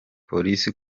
polisi